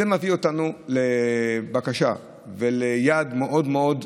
זה מביא אותנו לבקשה וליעד חשוב מאוד: